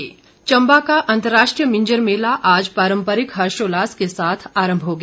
मिंजर मेला चम्बा का अंतर्राष्ट्रीय मिंजर मेला आज पारम्परिक हर्षोल्लास के साथ आरम्भ हो गया